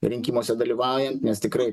rinkimuose dalyvaujant nes tikrai